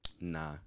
Nah